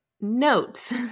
notes